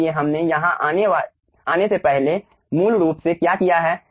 इसलिए हमने यहां आने से पहले मूल रूप से क्या किया है